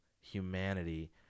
humanity